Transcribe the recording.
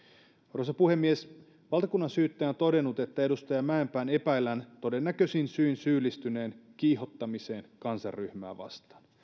arvoisa puhemies valtakunnansyyttäjä on todennut että edustaja mäenpään epäillään todennäköisin syin syyllistyneen kiihottamiseen kansanryhmää vastaan